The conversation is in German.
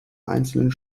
einzelnen